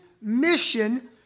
mission